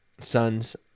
sons